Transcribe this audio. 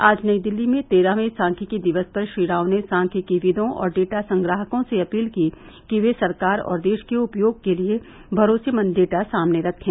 आज नई दिल्ली में तेरहवें सांख्यिकी दिवस पर श्री राव ने सांख्यिकीविदों और डेटा संग्राहकों से अपील की कि ये सरकार और देश के उपयोग के लिए भरोसेमंद डेटा सामने रखें